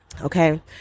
Okay